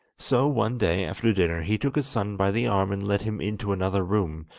so one day, after dinner, he took his son by the arm and led him into another room,